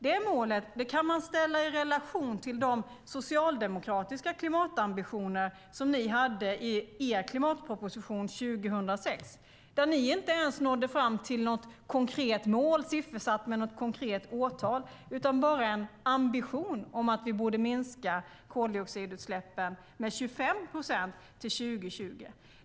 Det målet kan man sätta i relation till de socialdemokratiska klimatambitioner som ni hade i er klimatproposition 2006, där ni inte ens nådde fram till något konkret mål siffersatt med något konkret årtal utan bara en ambition om att vi borde minska koldioxidutsläppen med 25 procent till 2020.